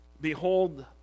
Behold